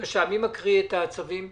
מי מקריא את הצווים?